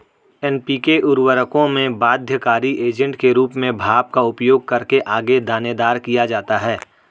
NPK उर्वरकों में बाध्यकारी एजेंट के रूप में भाप का उपयोग करके आगे दानेदार किया जाता है